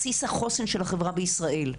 בסיס החוסן של החברה בישראל.